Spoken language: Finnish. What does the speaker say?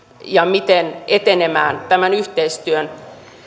ja miten etenemään tämän yhteistyön